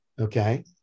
Okay